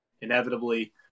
inevitably